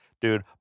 dude